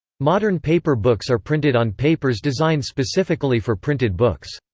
modern paper books are printed on papers designed specifically for printed books.